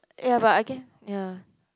ya but I can ya